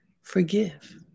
forgive